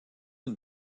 une